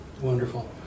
Wonderful